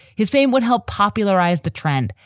his fame would help popularize the trend.